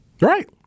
Right